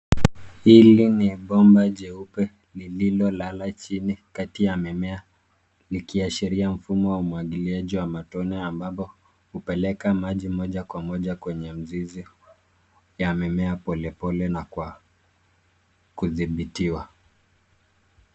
Hili ni bomba jeupe lililolala chini kati ya mimea, likiashiria mfumo wa umwagiliaji wa matone ambapo hupeleka maji moja kwa moja kwenye mizizi, ya mimea pole pole na kwa kudhibitiwa.